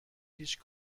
هیچ